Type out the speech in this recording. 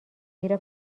میره